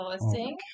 listing